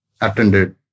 attended